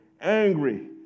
angry